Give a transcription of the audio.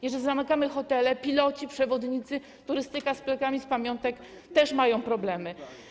Jeżeli zamykamy hotele, piloci, przewodnicy, turystyka, sklepy z pamiątkami też mają problemy.